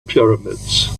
pyramids